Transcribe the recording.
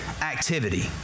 activity